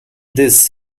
this